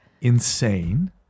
insane